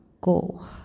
go